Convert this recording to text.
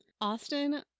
Austin